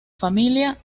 familia